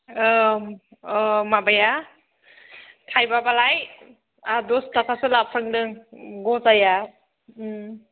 औ औ माबाया थायबा बालाय आंहा दसथाखासो लाफ्रांदों गजाया